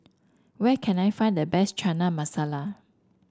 where can I find the best China Masala